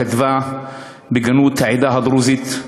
כתבה בגנות העדה הדרוזית,